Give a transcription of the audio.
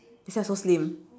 that's why so slim